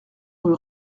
rue